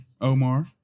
Omar